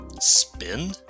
Spin